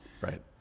Right